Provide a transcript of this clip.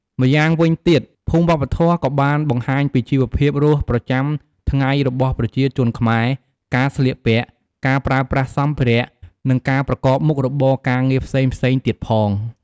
ម្យ៉ាងវិញទៀតភូមិវប្បធម៌ក៏បានបង្ហាញពីជីវភាពរស់ប្រចាំថ្ងៃរបស់ប្រជាជនខ្មែរ ការស្លៀកពាក់ ការប្រើប្រាស់សម្ភារៈ និងការប្រកបមុខរបរការងារផ្សេងៗទៀតផង។